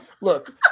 look